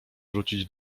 wrócić